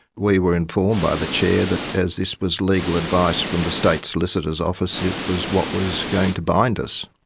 we were informed by the chair that as this was legal advice from the state solicitor's office, it was what was going to bind us.